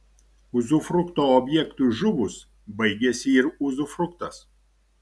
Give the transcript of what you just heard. uzufrukto objektui žuvus baigiasi ir uzufruktas